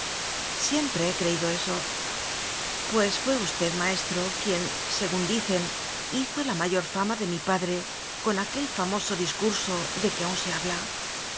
siempre he creído eso pues fué usted maestro quien según dicen hizo la mayor fama de mi padre con aquel famoso discurso de que aún se habla